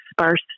sparse